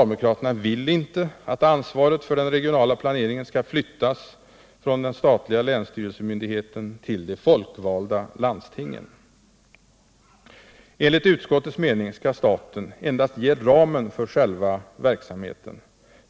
De vill inte att ansvaret för den regionala planeringen skall flyttas från den statliga länsstyrelsemyndigheten till de folkvalda landstingen. Enligt utskottets mening skall staten endast ge ramen för själva verksamheten.